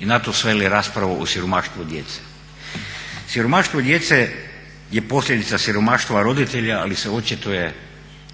I na to sveli raspravu o siromaštvu djece. Siromaštvo djece je posljedica siromaštva roditelja ali se očituje